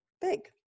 big